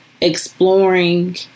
exploring